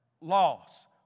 Loss